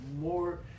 more